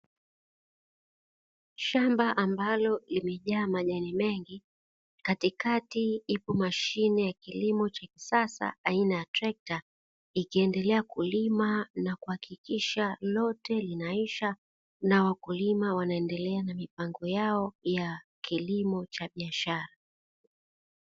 Shamba ambalo limejaa majani mengi, katikati ipo mashine ya kilimo cha kisasa aina ya trekta ikiendelea kulima na kuhakikisha lote linaisha, na wakulima wanaendelea na mipango yao ya kilimo cha biashara.